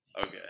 Okay